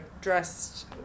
dressed